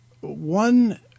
one